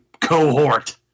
cohort